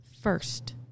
first